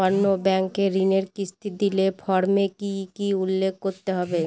অন্য ব্যাঙ্কে ঋণের কিস্তি দিলে ফর্মে কি কী উল্লেখ করতে হবে?